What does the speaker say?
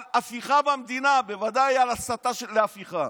על הפיכה במדינה, בוודאי על הסתה להפיכה.